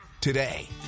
today